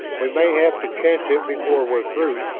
we may have to chance it before we're through,